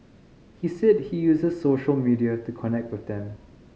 he said he uses social media to connect with them